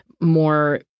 more